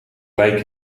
lijk